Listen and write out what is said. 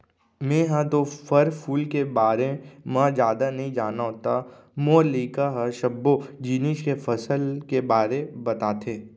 मेंहा तो फर फूल के बारे म जादा नइ जानव त मोर लइका ह सब्बो जिनिस के फसल के बारे बताथे